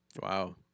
Wow